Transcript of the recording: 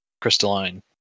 crystalline